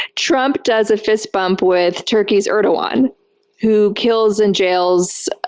trump does a fist-bump with turkey's erdogan who kills and jails